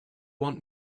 want